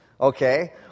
Okay